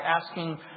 asking